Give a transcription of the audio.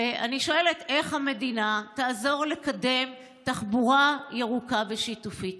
ואני שואלת: איך המדינה תעזור לקדם תחבורה ירוקה ושיתופית?